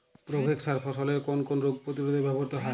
Provex সার ফসলের কোন কোন রোগ প্রতিরোধে ব্যবহৃত হয়?